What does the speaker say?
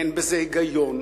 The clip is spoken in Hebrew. אין בזה היגיון,